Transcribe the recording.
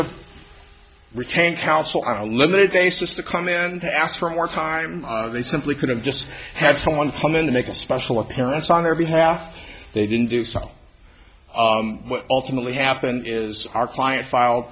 have retained counsel on a limited basis to come in and ask for more time they simply could have just had someone come in and make a special appearance on their behalf they didn't do so what ultimately happened is our client filed